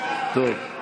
כשתקום ממשלה,